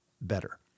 better